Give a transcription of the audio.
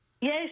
Yes